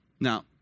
Now